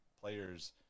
players